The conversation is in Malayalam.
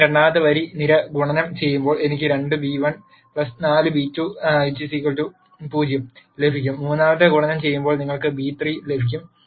ഞാൻ രണ്ടാമത്തെ വരി നിര ഗുണനം ചെയ്യുമ്പോൾ എനിക്ക് 2b1 4b2 0 ലഭിക്കും മൂന്നാമത്തെ ഗുണനം ചെയ്യുമ്പോൾ നിങ്ങൾക്ക് b3 0 ലഭിക്കും